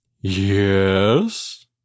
Yes